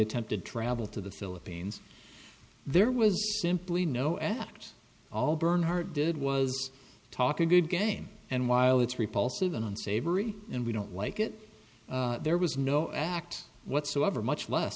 attempt to travel to the philippines there was simply no act all bernhardt did was talk a good game and while it's repulsive and unsavory and we don't like it there was no act whatsoever much less